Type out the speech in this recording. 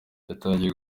yatangiye